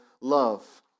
love